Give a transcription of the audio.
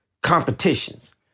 competitions